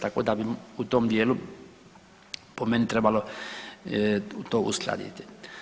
Tako da bi u tom dijelu po meni trebalo to uskladiti.